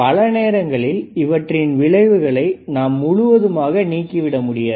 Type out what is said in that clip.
பல நேரங்களில் இவற்றின் விளைவுகளை நாம் முழுவதுமாக நீக்கிவிட முடியாது